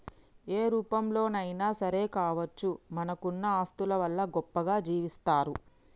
ఏ రూపంలోనైనా సరే కావచ్చు మనకున్న ఆస్తుల వల్ల గొప్పగా జీవిస్తరు